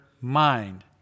mind